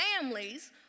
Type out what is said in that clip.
families